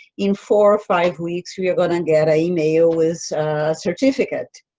in four or five weeks we are going to and get a email with certificate.